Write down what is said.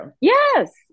yes